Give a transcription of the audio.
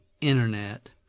internet